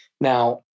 Now